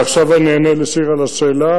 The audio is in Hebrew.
ועכשיו אני אענה לשיר על השאלה